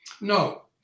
No